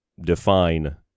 define